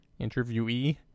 interviewee